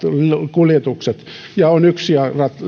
kuljetukset ja on